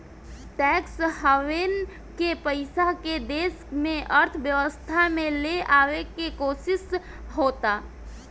tax haven के पइसा के देश के अर्थव्यवस्था में ले आवे के कोशिस होता